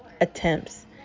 attempts